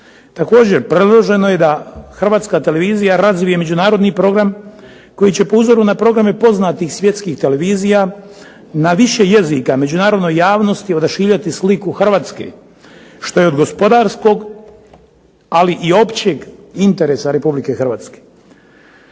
Također predloženo je da Hrvatska televizija razvije međunarodni program koji će po uzoru na programe poznatih svjetskih televizija na više jezika međunarodnoj javnosti odašiljati sliku Hrvatske. Što je od gospodarskog ali i općeg interesa Republike Hrvatske.